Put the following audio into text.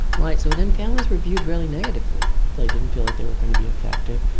right, so then families were viewed really negatively. they didn't feel that they were going to be effective.